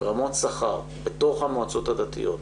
רמות שכר בתוך המועצות הדתיות,